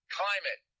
climate